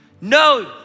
No